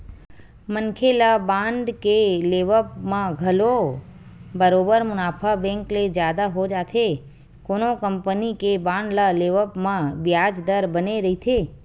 मनखे ल बांड के लेवब म घलो बरोबर मुनाफा बेंक ले जादा हो जाथे कोनो कंपनी के बांड ल लेवब म बियाज दर बने रहिथे